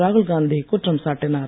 ராகுல்காந்தி குற்றம் சாட்டினார்